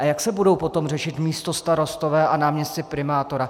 A jak se budou potom řešit místostarostové a náměstci primátora?